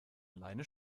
alleine